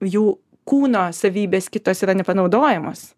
jų kūno savybės kitos yra nepanaudojamos